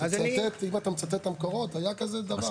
אם אתה מצטט את המקורות היה כזה דבר.